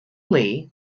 lee